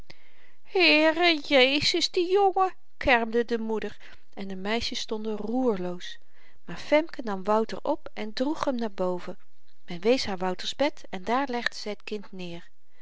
heerejesis die jongen kermde de moeder en de meisjes stonden roerloos maar femke nam wouter op en droeg hem naar boven men wees haar wouter's bed en daar legde zy t kind neer